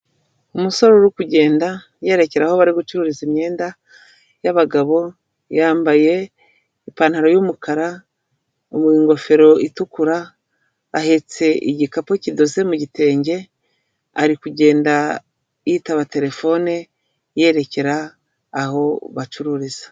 Umusore uri kugenda yerekera aho barimo gucuruza imyenda yabagabo, yambaye ipantaro y'umukara mu ngofero itukura, ahetse igikapu kidoze mu gitenge, ari kugenda yitaba terefone yerekera aho bacururiza.